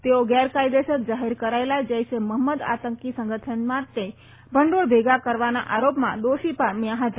તેઓ ગેરકાયદેસર જાહેર કરાયેલા જેશ એ મહંમદ આતંકી સંગઠન માટે ભંડોળ ભેગા કરવાના આરોપમાં દોષી પામ્યા હતા